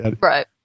right